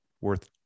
worth